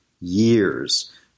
years